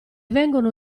vengono